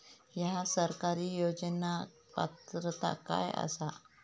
हया सरकारी योजनाक पात्रता काय आसा?